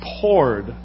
poured